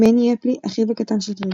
מני הפלי - אחיו הקטן של גרג.